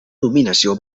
dominació